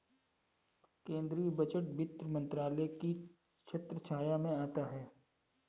केंद्रीय बजट वित्त मंत्रालय की छत्रछाया में आता है